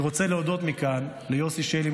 אני רוצה להודות מכאן ליוסי שלי,